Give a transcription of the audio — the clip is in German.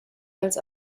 als